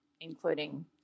including